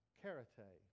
karate